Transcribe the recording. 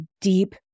deep